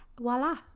voila